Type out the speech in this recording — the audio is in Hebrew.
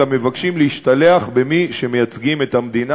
למבקשים להשתלח במי שמייצגים את המדינה,